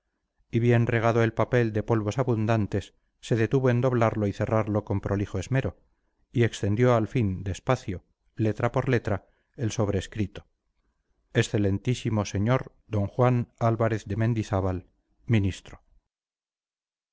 y bien regado el papel de polvos abundantes se entretuvo en doblarlo y cerrarlo con prolijo esmero y extendió al fin despacio letra por letra el sobrescrito excelentísimo sr d juan álvarez de mendizábal ministro